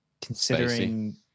considering